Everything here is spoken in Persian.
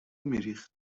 میریخت